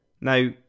now